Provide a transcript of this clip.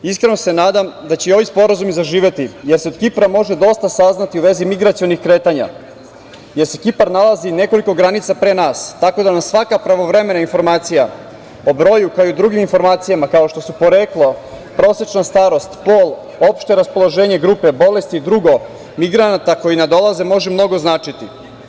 Iskreno se nadam da će i ovi sporazumi zaživeti, jer se od Kipra može dosta saznati u vezi migracionih kretanja jer se Kipar nalazi nekoliko granica pre nas, tako da nas svaka pravovremena informacija o broju, kao i o drugim informacijama kao što su poreklo, prosečna starost, pol, opšte raspoloženje, grupe bolesti i drugo migrana koji nadolaze može mnogo značiti.